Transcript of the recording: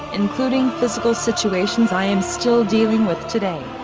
including physical situations i am still dealing with today.